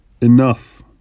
Enough